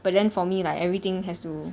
but then for me like everything has to